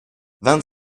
vingt